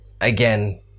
again